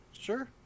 Sure